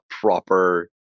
proper